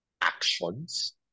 actions